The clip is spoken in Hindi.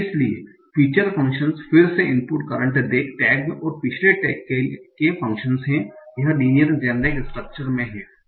इसलिए फीचर फ़ंक्शंस फिर से इनपुट करंट टैग और पिछले टैग के फंक्शन हैं यह लिनियर जेनेरिक स्ट्रक्चर में है